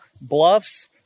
bluffs